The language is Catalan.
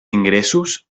ingressos